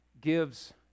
gives